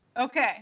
Okay